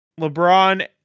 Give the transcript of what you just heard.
LeBron